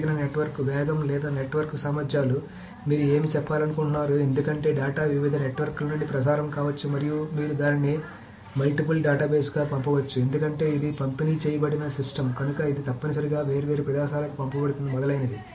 పెరిగిన నెట్వర్క్ వేగం లేదా నెట్వర్క్ సామర్థ్యాలు మీరు ఏమి చెప్పాలనుకుంటున్నారో ఎందుకంటే డేటా వివిధ నెట్వర్క్ల నుండి ప్రసారం కావచ్చు మరియు మీరు దానిని మల్టీపుల్ డేటాబేస్కు పంపవచ్చు ఎందుకంటే ఇది పంపిణీ చేయబడిన సిస్టమ్ కనుక ఇది తప్పనిసరిగా వేర్వేరు ప్రదేశాలకు పంపబడుతుంది మొదలైనవి